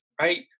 right